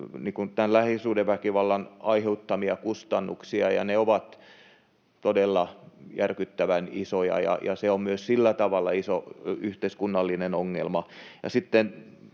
näitä lähisuhdeväkivallan aiheuttamia yhteiskunnallisia kustannuksia. Ne ovat todella järkyttävän isoja, ja se on myös sillä tavalla iso yhteiskunnallinen ongelma.